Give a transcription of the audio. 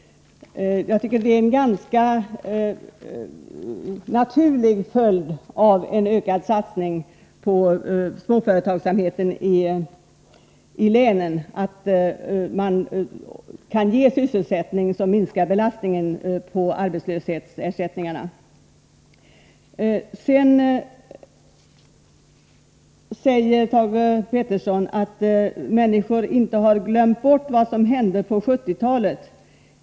Jag tycker att det är en ganska naturlig följd av en ökad satsning på småföretagsamhet i länen, att man ger sysselsättning som minskar belastningen på arbetslöshetsersättningarna. Sedan sade Thage Peterson att människorna inte har glömt bort vad som hände på 1970-talet.